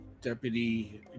Deputy